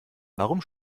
warum